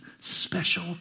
special